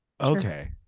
Okay